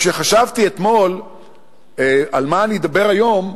כשחשבתי אתמול על מה אני אדבר היום,